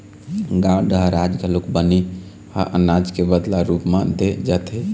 गाँव डहर आज घलोक बनी ह अनाज के बदला रूप म दे जाथे